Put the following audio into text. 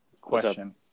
Question